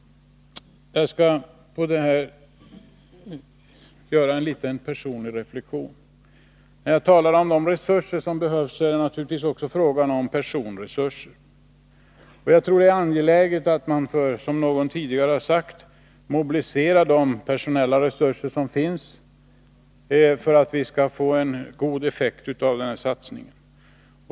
Jag skall nu göra en personlig reflexion. När jag talade om de resurser som behövs är det naturligtvis också fråga om personresurser. Det är angeläget att man, som någon tidigare har sagt, mobiliserar de personella resurser som finns för att vi skall få en god effekt av denna satsning.